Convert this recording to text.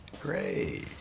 Great